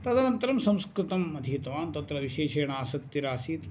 तदनन्तरं संस्कृतम् अधीतवान् तत्र विशेषेण आसक्तिः आसीत्